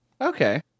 Okay